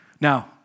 Now